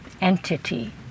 entity